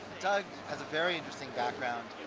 doug has a very interesting background.